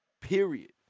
Period